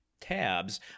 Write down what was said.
tabs